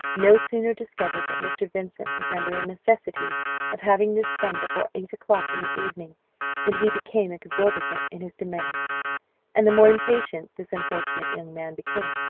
no sooner discovered that mr. vincent was under a necessity of having this sum before eight o'clock in the evening than he became exorbitant in his demands and the more impatient this unfortunate young man became,